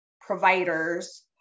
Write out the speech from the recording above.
providers